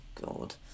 God